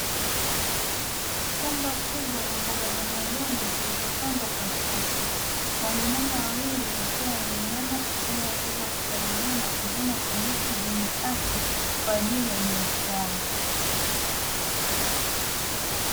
Shamba kubwa la mboga za majani zilizopandwa kwa safu, wanamama wawili wakiwa wameinama kufanya kazi ya kupalilia na kuvuna kabichi zenye afya kwa ajili ya biashara.